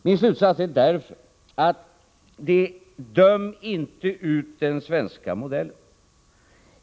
Min slutsats är därför: Döm inte ut den svenska modellen!